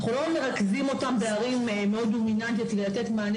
אנחנו לא מרכזים אותן בערים מאוד דומיננטיות כדי לתת מענה